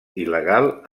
il·legal